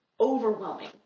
overwhelming